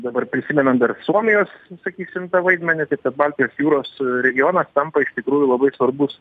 dabar prisimenam dar suomijos sakysim tą vaidmenį taip kad baltijos jūros regionas tampa iš tikrųjų labai svarbus